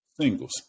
singles